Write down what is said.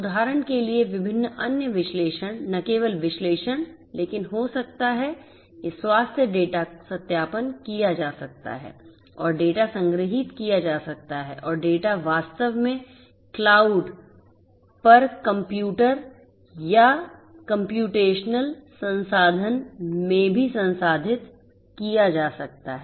उदाहरण के लिए विभिन्न अन्य विश्लेषण न केवल विश्लेषण लेकिन हो सकता है कि स्वास्थ्य डेटा सत्यापन किया जा सकता है और डेटा संग्रहीत किया जा सकता है और डेटा वास्तव में क्लाउड या कंप्यूटर या कम्प्यूटेशनल संसाधन में भी संसाधित किया जा सकता है